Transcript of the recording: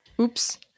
Oops